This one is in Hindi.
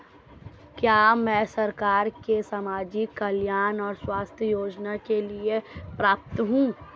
क्या मैं सरकार के सामाजिक कल्याण और स्वास्थ्य योजना के लिए पात्र हूं?